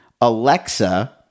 Alexa